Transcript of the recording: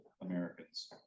Americans